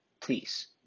Please